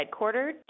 headquartered